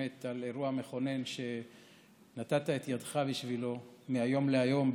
על אירוע מכונן שנתת את ידך בשבילו מהיום להיום.